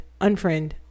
unfriend